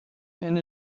and